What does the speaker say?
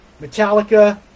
Metallica